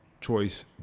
choice